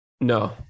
No